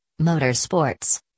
motorsports